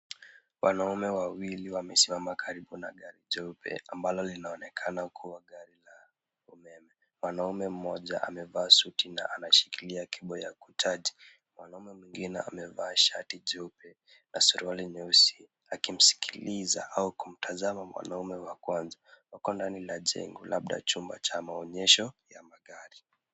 Wanaume wawili wamesimama karibu na gari jeupe ambalo linaonekana ukiwa gari la umeme. Mwanaume mmoja amevaa suti na anashikilia cable ya kucharge . Mwanaume mwingine amevaa shati jeupe na suruali nyeusi akimsikiliza au kumtazama mwanaume wa kwanza. Wako ndani ya jengo labda chumba cha maonyesho ya magari.